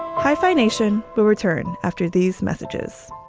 hyphenation but return after these messages